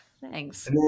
Thanks